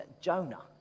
Jonah